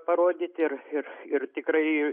parodyti ir ir ir tikrąjį